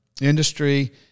industry